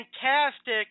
fantastic